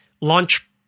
launch